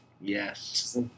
Yes